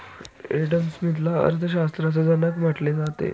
Adam स्मिथला अर्थशास्त्राचा जनक म्हटले जाते